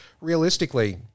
Realistically